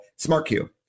SmartQ